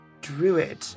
druid